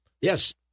Yes